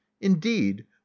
indeed